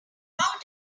how